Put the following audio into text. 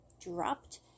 dropped